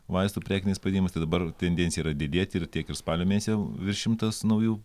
vaistų prekiniais padimais tai dabar tendencija yra didėti ir tiek ir spalio mėnesio virš šimtas naujų